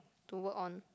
to work on